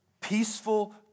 peaceful